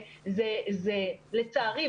לצערי,